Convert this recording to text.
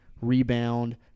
rebound